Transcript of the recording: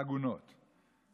עגונות.